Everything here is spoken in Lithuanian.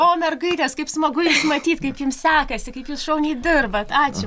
o mergaitės kaip smagu jus matyt kaip jums sekasi kaip jūs šauniai dirbat ačiū